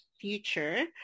future